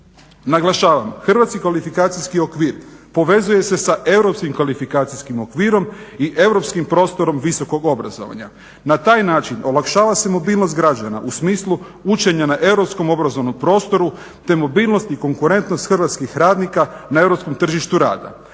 Naglašavam hrvatski kvalifikacijski okvir povezuje se sa Europskim kvalifikacijskim okvirom i europskim prostorom visokog obrazovanja. Na taj način olakšava se mobilnost građana u smislu učenja na europskom obrazovnom prostoru te mobilnost i konkurentnost hrvatskih radnika na europskom tržištu rada.